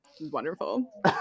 Wonderful